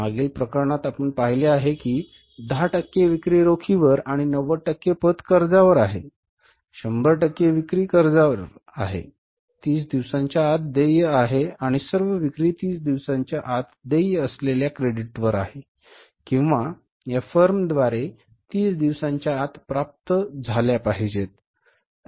मागील प्रकरणात आपण पाहिले आहे की 10 टक्के विक्री रोखीवर आणि 90 टक्के पत कर्जावर आहे 100 टक्के विक्री कर्जावर आहे 30 दिवसांच्या आत देय आहे किंवा सर्व विक्री 30 दिवसांच्या आत देय असलेल्या क्रेडिटवर आहे किंवा या फर्मद्वारे 30 दिवसांच्या आत प्राप्त झाल्या पाहिजेत